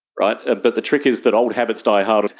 but ah but the trick is that old habits die hard.